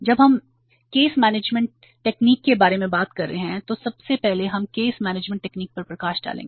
जब हम case management technique के बारे में बात कर रहे हैं तो सबसे पहले हम केस मैनेजमेंट टेक्निक्स पर प्रकाश डालेंगे